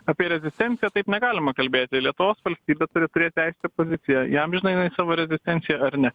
apie rezistenciją taip negalima kalbėti lietuvos valstybė turi turėti aiškią poziciją įamžina jinai savo rezistenciją ar ne